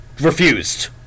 refused